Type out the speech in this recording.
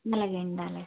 అలాగేండి అలాగే